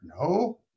No